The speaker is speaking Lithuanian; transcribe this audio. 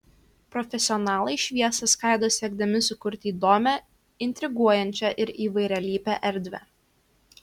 profesionalai šviesą skaido siekdami sukurti įdomią intriguojančią ir įvairialypę erdvę